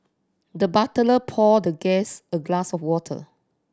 the butler poured the guest a glass of water